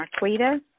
Marquita